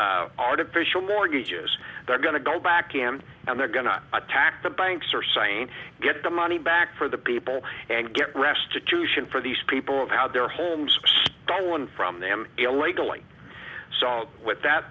up artificial mortgages they're going to go back in and they're going to attack the banks are saying get the money back for the people and get restitution for these people of how their homes stolen from them illegally so with that